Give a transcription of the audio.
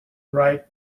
write